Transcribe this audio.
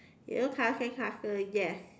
yellow color sandcastle yes